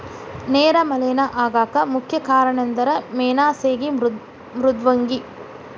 ನೇರ ಮಲೇನಾ ಆಗಾಕ ಮುಖ್ಯ ಕಾರಣಂದರ ಮೇನಾ ಸೇಗಿ ಮೃದ್ವಂಗಿ